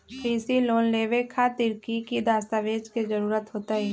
कृषि लोन लेबे खातिर की की दस्तावेज के जरूरत होतई?